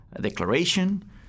declaration